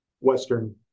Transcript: Western